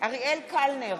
אריאל קלנר,